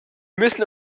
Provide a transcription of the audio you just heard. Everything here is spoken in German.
müssen